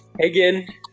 again